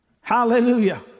hallelujah